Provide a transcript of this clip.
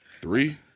Three